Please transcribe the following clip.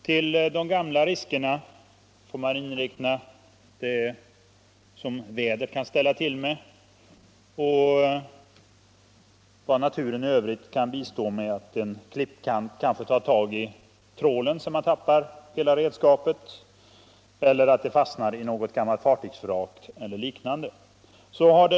Till de gamla riskerna får man räkna det som vädret kan ställa till med och vad naturen i övrigt kan bidra med —- kanske en klippkant tar tag i trålen så att man tappar redskapet eller kanske den fastnar i något gammalt fartygsvrak eller liknande.